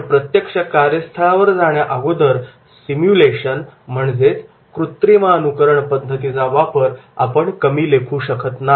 पण प्रत्यक्ष कार्यस्थळावर जाण्याअगोदर कृत्रिमानुकरण Simulation सिम्युलेशन पद्धतीचा वापर आपण कमी लेखू शकत नाही